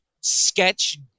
sketch